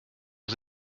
was